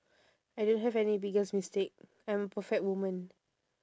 I don't have any biggest mistake I'm a perfect woman